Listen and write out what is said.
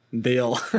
deal